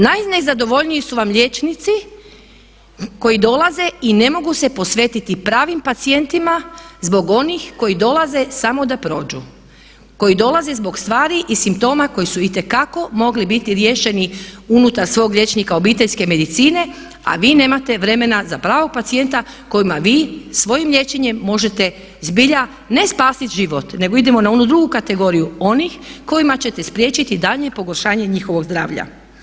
Naj nezadovoljniji su vam liječnici koji dolaze i ne mogu se posvetiti pravim pacijentima zbog onih koji dolaze samo da prođu, koji dolaze zbog stvari i simptoma koji su itekako mogli biti riješeni unutar svog liječnika obiteljske medicine a vi nemate vremena za pravog pacijenta kojima vi svojim liječenjem možete zbilja ne spasiti život nego idemo na onu drugu kategoriju onih kojima ćete spriječiti daljnje pogoršanje njihovog zdravlja.